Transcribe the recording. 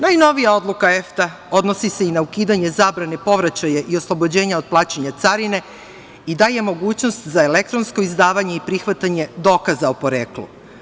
Najnovija odluka EFTA odnosi se i na ukidanje zabrane povraćaja i oslobođenja od plaćanja carine i daje mogućnost za elektronsko izdavanje i prihvatanje dokaza o poreklu.